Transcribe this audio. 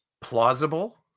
plausible